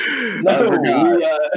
no